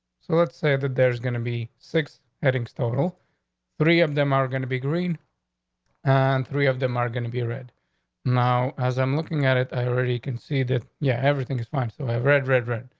so let's say that there's gonna be six headings total three of them are going to be green on. and three of them are going to be read now, as i'm looking at it, i already concede that yeah, everything is fine. so i have read, read, read.